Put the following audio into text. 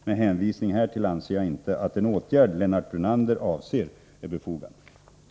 Med hänvisning till det anförda anser jag inte att den åtgärd Lennart Brunander avser är befogad.